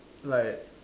like